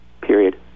period